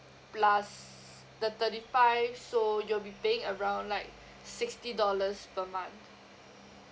plus the thirty five so you'll be playing around like sixty dollars per month